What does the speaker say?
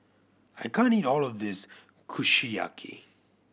I can't eat all of this Kushiyaki